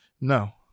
no